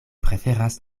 preferas